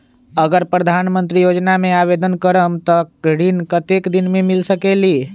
अगर प्रधानमंत्री योजना में आवेदन करम त ऋण कतेक दिन मे मिल सकेली?